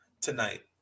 tonight